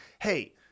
Hey